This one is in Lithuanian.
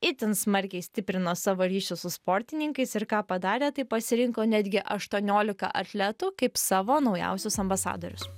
itin smarkiai stiprino savo ryšius su sportininkais ir ką padarė tai pasirinko netgi aštuoniolika atletų kaip savo naujausius ambasadorius